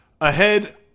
ahead